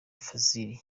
fazil